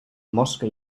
mosca